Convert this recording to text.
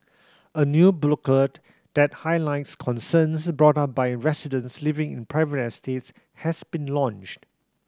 a new booklet that highlights concerns brought up by residents living in private estates has been launched